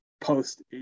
post